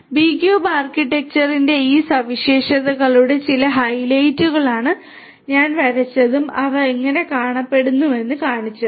B cube ആർക്കിടെക്ചറിന്റെ ഈ സവിശേഷതകളുടെ ചില ഹൈലൈറ്റുകളാണ് ഞാൻ വരച്ചതും അവ എങ്ങനെ കാണപ്പെടുന്നുവെന്ന് കാണിച്ചതും